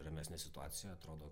ramesnė situacija atrodo